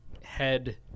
head